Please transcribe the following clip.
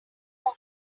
more